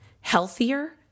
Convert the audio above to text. healthier